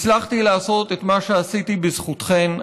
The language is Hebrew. הצלחתי לעשות את מה שעשיתי בזכותכם.